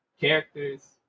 characters